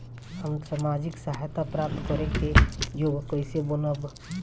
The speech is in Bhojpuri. हम सामाजिक सहायता प्राप्त करे के योग्य कइसे बनब?